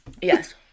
Yes